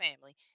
family